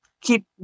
keep